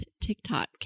TikTok